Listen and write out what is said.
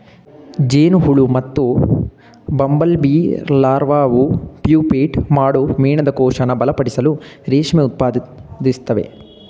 ಜೇನುಹುಳು ಮತ್ತುಬಂಬಲ್ಬೀಲಾರ್ವಾವು ಪ್ಯೂಪೇಟ್ ಮಾಡೋ ಮೇಣದಕೋಶನ ಬಲಪಡಿಸಲು ರೇಷ್ಮೆ ಉತ್ಪಾದಿಸ್ತವೆ